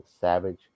savage